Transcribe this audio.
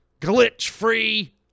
glitch-free